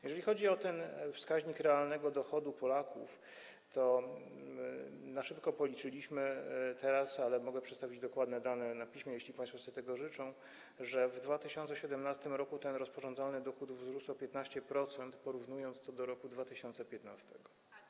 Jeżeli chodzi o ten wskaźnik realnego dochodu Polaków, to na szybko policzyliśmy teraz, ale mogę przedstawić dokładne dane na piśmie, jeśli państwo sobie tego życzą, że w 2017 r. ten rozporządzalny dochód wzrósł o 15% w porównaniu do roku 2015.